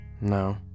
No